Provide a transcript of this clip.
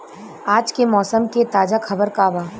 आज के मौसम के ताजा खबर का बा?